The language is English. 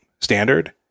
standard